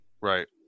Right